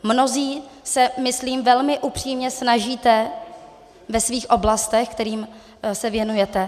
Mnozí se, myslím, velmi upřímně snažíte ve svých oblastech, kterým se věnujete.